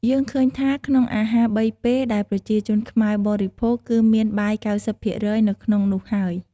យើងឃើញថា ក្នុងអាហារបីពេលដែលប្រជាជនខ្មែរបរិភោគគឺមានបាយ៩០%នៅក្នុងនោះហើយ។